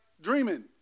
dreaming